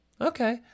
Okay